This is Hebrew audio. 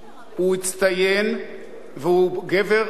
הוא הצטיין והוא גבר אמיץ,